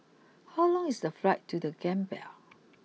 how long is the flight to the Gambia